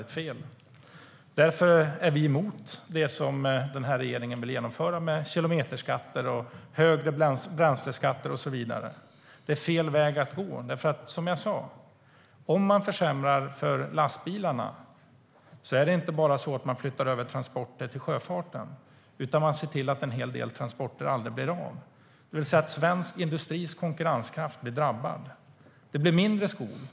Vi är därför emot det som regeringen vill införa, såsom kilometerskatter, högre bränsleskatter och så vidare. Det är fel väg att gå. Som jag sa: Om man försämrar för lastbilarna flyttar man inte bara över transporter till sjöfarten, utan man ser till att en hel del transporter aldrig blir av. Svensk industris konkurrenskraft drabbas alltså.